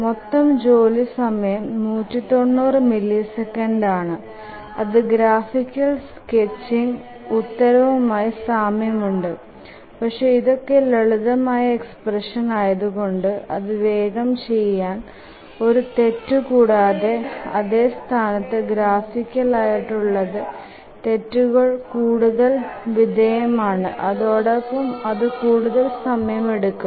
മൊത്തം ജോലി സമയം 190 മില്ലിസെക്കൻഡ് ആണ് അതു ഗ്രാഫിക്കൽ സ്കെച്ചിങ് ഉത്തരവുമായി സാമ്യം ഉണ്ട് പക്ഷെ ഇതൊക്കെ ലളിതമായ എക്സ്പ്രഷ്ൻ ആയത്കൊണ്ട് അതു വേഗം ചെയാം ഒരു തെറ്റും കൂടാതെ അതെ സ്ഥാനത്തു ഗ്രാഫിക്കൽ ആയിട്ടുള്ളത് തെറ്റുകൾക്ക് കൂടുതൽ വിധേയം ആണ് അതോടൊപ്പം അതു കൂടുതൽ സമയം എടുക്കുന്നു